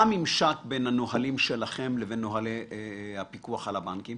מה הממשק בין הנהלים שלכם לנהלים של הפיקוח על הבנקים